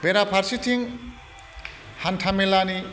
बेरा फारसेथिं हान्थामेलानि